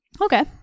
Okay